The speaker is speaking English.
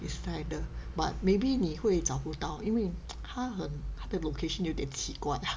it's like the but maybe 你会找不到因为 他很他的 location 有点奇怪